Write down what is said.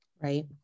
Right